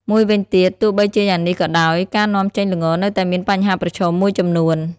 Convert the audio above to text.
មួយវិញទៀតទោះបីជាយ៉ាងនេះក៏ដោយ ការនាំចេញល្ងនៅតែមានបញ្ហាប្រឈមមួយចំនួន។